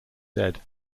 dead